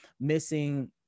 missing